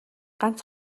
ганц